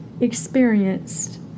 experienced